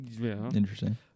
interesting